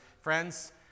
Friends